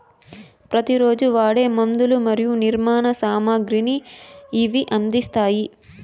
ప్రతి రోజు వాడే మందులు మరియు నిర్మాణ సామాగ్రిని ఇవి అందిస్తాయి